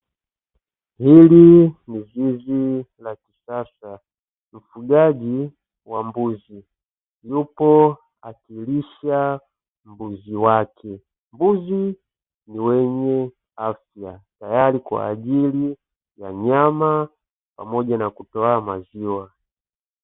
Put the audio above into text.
Hili ni zizi la kisasa, mfugaji wa mbuzi yupo akilisha mbuzi wake, mbuzi ni wenye afya tayari kwa ajili ya nyama pamoja na kutoa maziwa.